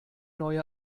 neue